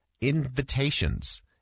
invitations